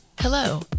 Hello